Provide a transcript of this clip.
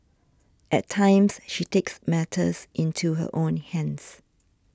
at times she takes matters into her own hands